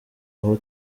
aho